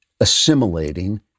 assimilating